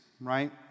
right